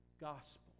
gospel